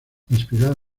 inspirada